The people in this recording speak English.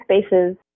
spaces